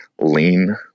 lean